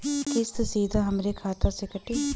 किस्त सीधा हमरे खाता से कटी?